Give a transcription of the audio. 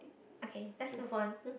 okay let's move on